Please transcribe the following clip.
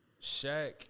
Shaq